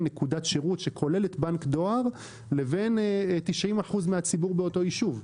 נקודת שירות שכוללת בנק דואר לבין 90 אחוזים מהציבור באותו ישוב.